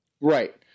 Right